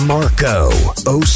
Marco